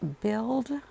Build